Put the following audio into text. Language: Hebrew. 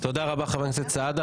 תודה רבה, חבר הכנסת סעדה.